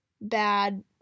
bad